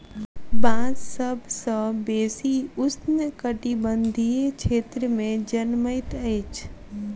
बांस सभ सॅ बेसी उष्ण कटिबंधीय क्षेत्र में जनमैत अछि